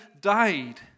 died